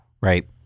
right